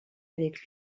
avec